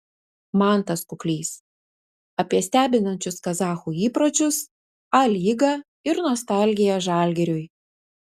mantas kuklys apie stebinančius kazachų įpročius a lygą ir nostalgiją žalgiriui